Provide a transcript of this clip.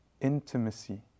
intimacy